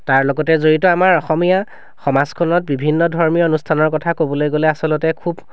তাৰ লগতে জড়িত আমাৰ অসমীয়া সমাজখনত বিভিন্ন ধৰ্মীয় অনুষ্ঠানৰ কথা ক'বলৈ গ'লে আচলতে খুব